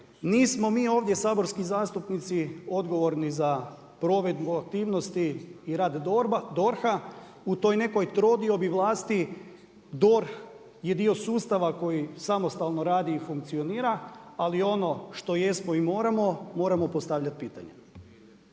nismo mi ovdje saborski zastupnici odgovorni za provedbu aktivnosti i rad DORH-a u toj nekoj trodiobi vlasti DORH je dio sustava koji samostalno radi i funkcionira, ali ono što jesmo i moramo, moramo postavljati pitanja,